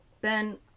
Ben